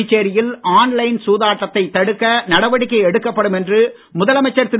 புதுச்சேரியில் online சூதாட்டத்தை தடுக்க நடவடிக்கை எடுக்கப்படும் என்று முதலமைச்சர் திரு